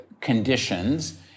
conditions